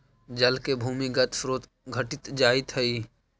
जल के भूमिगत स्रोत घटित जाइत हई